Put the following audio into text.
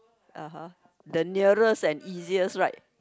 ah !huh! the nearest and easiest right